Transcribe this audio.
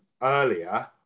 earlier